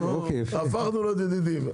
הפכנו להיות ידידים,